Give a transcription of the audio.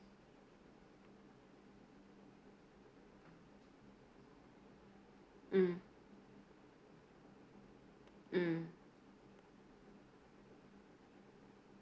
mm mm